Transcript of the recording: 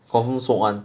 confirm shook [one]